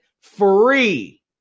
free